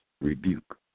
rebuke